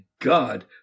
god